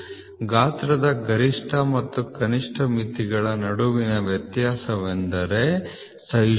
ಗಾತ್ರದ ಗರಿಷ್ಠ ಮತ್ತು ಕನಿಷ್ಠ ಮಿತಿಗಳ ನಡುವಿನ ವ್ಯತ್ಯಾಸವೆಂದರೆ ಸಹಿಷ್ಣುತೆ